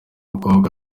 mukobwa